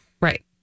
right